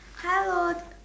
hello